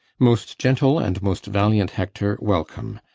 most gentle and most valiant hector, welcome.